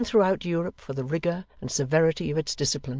known throughout europe for the rigour and severity of its discipline,